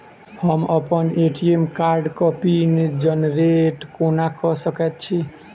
हम अप्पन ए.टी.एम कार्डक पिन जेनरेट कोना कऽ सकैत छी?